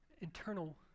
internal